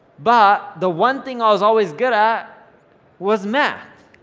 but the one thing i was always good at was math.